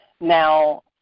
now